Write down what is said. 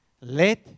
let